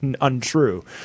untrue